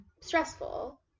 stressful